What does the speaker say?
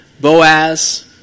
Boaz